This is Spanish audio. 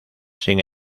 sin